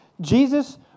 Jesus